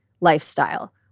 lifestyle